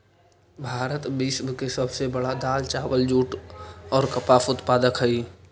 भारत विश्व के सब से बड़ा दाल, चावल, दूध, जुट और कपास उत्पादक हई